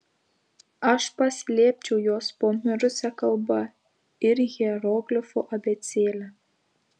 aš paslėpčiau juos po mirusia kalba ir hieroglifų abėcėle